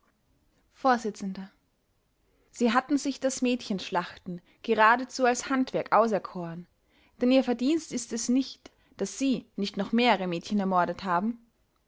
vors sie hatten sich das mädchenschlachten geradezu als handwerk auserkoren denn ihr verdienst ist es nicht daß sie nicht noch mehrere mädchen ermordet haben